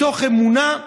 מתוך אמונה,